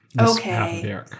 Okay